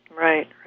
Right